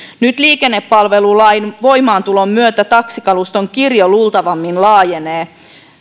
nyt liikennepalvelulain voimaantulon myötä taksikaluston kirjo luultavimmin laajenee